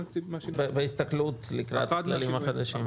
בהסתכלות לקראת התאגידים החדשים.